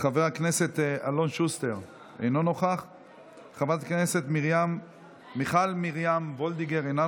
על זה שאתם לוקחים 3.2 מיליארד שקלים ומבזבזים את זה לחינם,